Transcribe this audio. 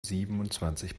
siebenundzwanzig